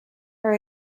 her